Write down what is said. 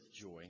joy